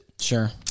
Sure